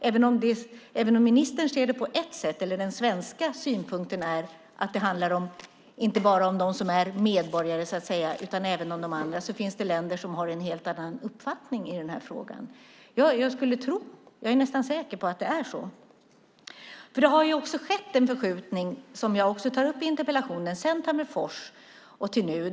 Även om ministern ser det på ett sätt eller den svenska synpunkten är att det handlar om inte bara de som är medborgare utan även andra är jag nästan hundra procent säker på att det finns länder som har en helt annan uppfattning i denna fråga. Jag är nästan säker på att det är så. Det har skett en förskjutning, vilket jag också tar upp i interpellation, sedan Tammerfors.